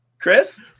Chris